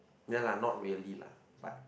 ya lah not really lah but